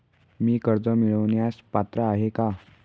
मी कर्ज मिळवण्यास पात्र आहे का?